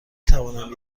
توانم